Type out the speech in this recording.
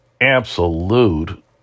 absolute